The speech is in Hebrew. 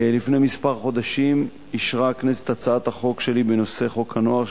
לפני כמה חודשים אישרה הכנסת הצעת חוק שלי בנושא חוק הנוער,